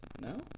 No